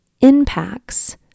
impacts